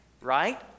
Right